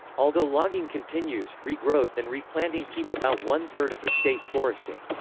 although logging continues, regrowth and replanting keep about one third of the state forested.